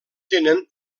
tenen